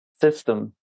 system